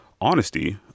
honesty